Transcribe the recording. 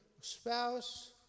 spouse